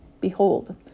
behold